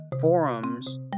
forums